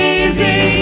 easy